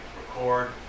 record